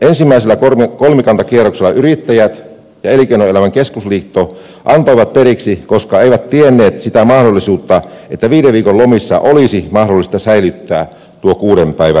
ensimmäisellä kolmikantakierroksella yrittäjät ja elinkeinoelämän keskusliitto antoivat periksi koska eivät tienneet sitä mahdollisuutta että viiden viikon lomissa olisi mahdollista säilyttää tuo kuuden päivän karenssi